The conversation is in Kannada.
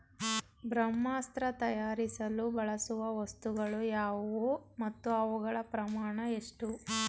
ಬ್ರಹ್ಮಾಸ್ತ್ರ ತಯಾರಿಸಲು ಬಳಸುವ ವಸ್ತುಗಳು ಯಾವುವು ಮತ್ತು ಅವುಗಳ ಪ್ರಮಾಣ ಎಷ್ಟು?